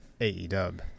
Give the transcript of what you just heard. AEW